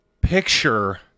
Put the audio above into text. picture